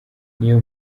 niyo